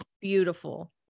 beautiful